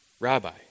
Rabbi